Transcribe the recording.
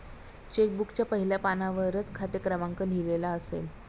check बुकच्या पहिल्या पानावरच खाते क्रमांक लिहिलेला असेल